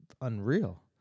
unreal